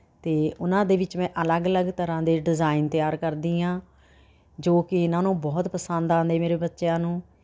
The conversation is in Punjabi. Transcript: ਅਤੇ ਉਹਨਾਂ ਦੇ ਵਿੱਚ ਮੈਂ ਅਲੱਗ ਅਲੱਗ ਤਰ੍ਹਾਂ ਦੇ ਡਿਜ਼ਾਈਨ ਤਿਆਰ ਕਰਦੀ ਹਾਂ ਜੋ ਕੇ ਇਹਨਾਂ ਨੂੰ ਬਹੁਤ ਪਸੰਦ ਆਉਂਦੇ ਮੇਰੇ ਬੱਚਿਆਂ ਨੂੰ